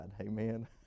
Amen